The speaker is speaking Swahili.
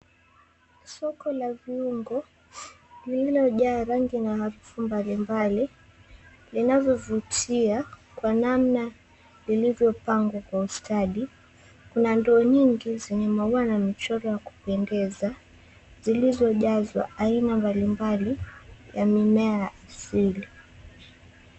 Soko la viungo lililojaa rangi na harufu mbali mbali, linavyovutia kwa namna ilivopangwa kwa ustadi. Kuna ndoo nyingi zenye maua na michoro ya kupendeza, zilizojazwa aina mbali mbali ya mimea asili.